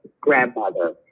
grandmother